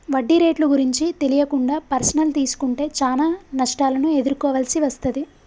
వడ్డీ రేట్లు గురించి తెలియకుండా పర్సనల్ తీసుకుంటే చానా నష్టాలను ఎదుర్కోవాల్సి వస్తది